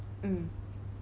mm